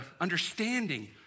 understanding